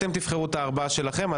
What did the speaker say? אתם תבחרו את הארבעה שלכם.